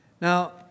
Now